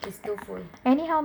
is too full